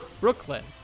Brooklyn